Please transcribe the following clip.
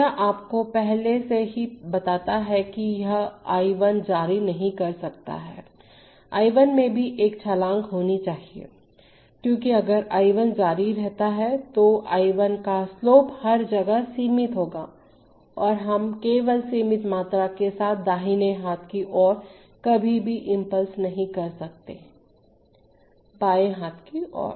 यह आपको पहले से ही बताता है कि यह I 1 जारी नहीं रह सकता है I 1 में भी एक छलांग होनी चाहिए क्योंकि अगर I 1 जारी रहता है तो I 1 का स्लोप हर जगह सीमित होगा और हम केवल सीमित मात्रा के साथ दाहिने हाथ की ओर कभी भी इम्पल्स नहीं कर सकते हैं बाएं हाथ की ओर